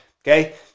okay